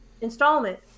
installment